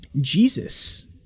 Jesus